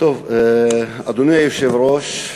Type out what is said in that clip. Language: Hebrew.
אדוני היושב-ראש,